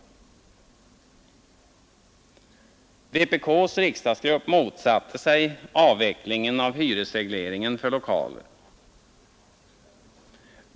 Vpk:ss riksdagsgrupp motsatte sig avvecklingen av hyresregleringen för lokaler.